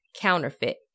Counterfeit